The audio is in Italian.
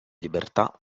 libertà